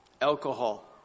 Alcohol